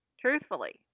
truthfully